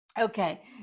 Okay